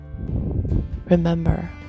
remember